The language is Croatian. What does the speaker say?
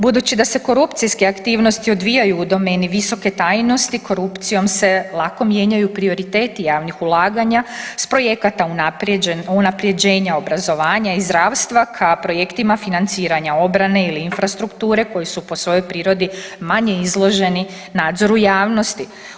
Budući da se korupcijske aktivnosti odvijaju u domeni visoki tajnosti korupcijom se lako mijenjaju prioriteti javnih ulaganja s projekata unapređenja obrazovanja i zdravstva ka projektima financiranja obrane ili infrastrukture koji su po svojoj prirodi manje izloženi nadzoru javnosti.